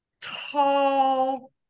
tall